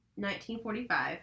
1945